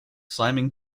simon